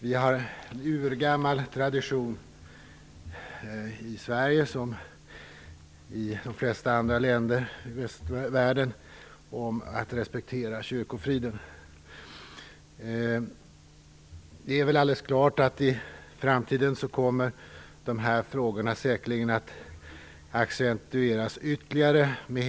Vi har i Sverige, liksom i de flesta andra länder i västvärlden, en urgammal tradition att respektera kyrkofriden. Det är alldeles klart att dessa frågor kommer att accentueras ytterligare i framtiden.